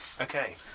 Okay